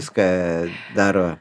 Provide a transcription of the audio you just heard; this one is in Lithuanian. viską daro